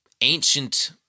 ancient